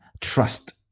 trust